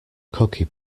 cookie